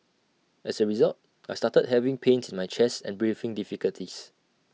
as A result I started having pains in my chest and breathing difficulties